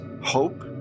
hope